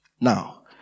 Now